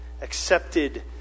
accepted